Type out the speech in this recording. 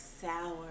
Sour